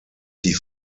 die